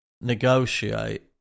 negotiate